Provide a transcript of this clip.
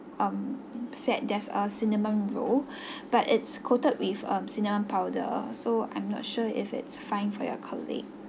um set there's a cinnamon roll but it's coated with um cinnamon powder so I'm not sure if it's fine for your colleague